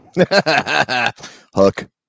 Hook